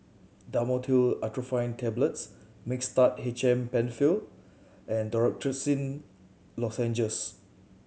Dhamotil Atropine Tablets Mixtard H M Penfill and Dorithricin Lozenges